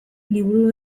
liburu